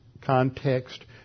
context